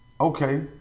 Okay